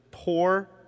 poor